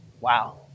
Wow